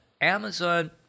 Amazon